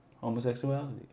homosexuality